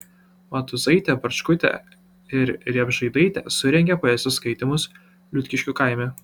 matuizaitė barčkutė ir riebždaitė surengė poezijos skaitymus liutkiškių kaime